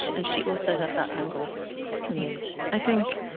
and she also had that angle for me i think,